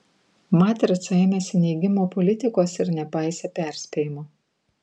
matrica ėmėsi neigimo politikos ir nepaisė perspėjimo